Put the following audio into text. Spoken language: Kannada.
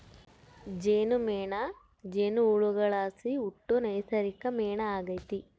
ಜೇನುಮೇಣ ಜೇನುಹುಳುಗುಳ್ಲಾಸಿ ಹುಟ್ಟೋ ನೈಸರ್ಗಿಕ ಮೇಣ ಆಗೆತೆ